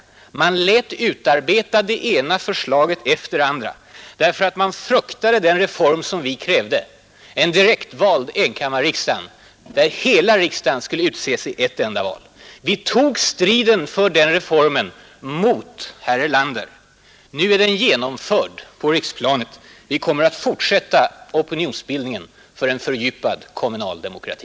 Sanningen är naturligtvis att man lät ”utarbeta det ena förslaget efter det andra” därför att man fruktade den reform som folkpartiet krävde: en direktvald enkammarriksdag som i sin helhet skulle utses vid ett enda val. Vi tog striden för den reformen mot herr Erlander. I dag är den genomförd på riksplanet. Nu kommer vi att fortsätta opinionsbildningen för en fördjupad kommunal demokrati.